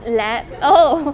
lam~ oh